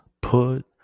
put